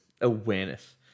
awareness